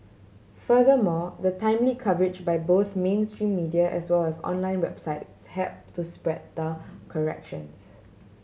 furthermore the timely coverage by both mainstream media as well as online websites help to spread the corrections